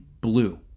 blue